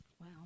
Wow